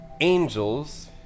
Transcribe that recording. angels